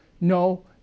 no